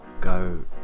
go